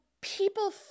people